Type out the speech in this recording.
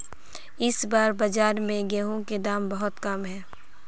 इस बार बाजार में गेंहू के दाम बहुत कम है?